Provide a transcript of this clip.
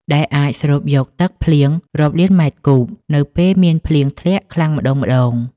ដែលអាចស្រូបយកទឹកភ្លៀងរាប់លានម៉ែត្រគូបនៅពេលមានភ្លៀងធ្លាក់ខ្លាំងម្តងៗ។